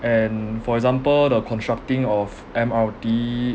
and for example the constructing of M_R_T